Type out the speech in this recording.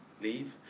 leave